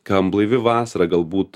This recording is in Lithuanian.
kam blaivi vasarą galbūt